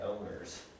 owners